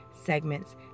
segments